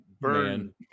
burn